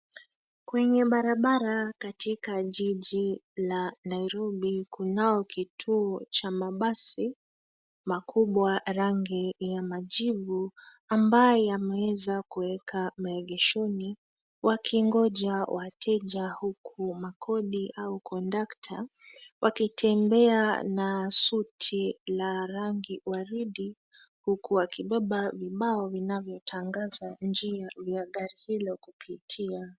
Kwenye barabara katika jiji la Nairobi, kunao kituo cha mabasi makubwa rangi ya majivu ambayo yameweza kueka maegeshoni wakingoja wateja huku makodi au kondakta wakitembea na suti la rangi waridi huku wakibeba vibao vinavyotangaza njia ya gari hilo kupitia.